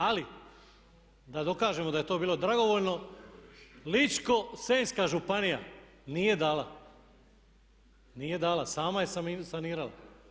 Ali da dokažemo da je to bilo dragovoljno Ličko-senjska županija nije dala, nije dala, sama je sanirala.